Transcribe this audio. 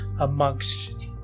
Amongst